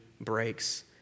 breaks